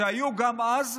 שהיו גם אז,